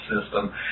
system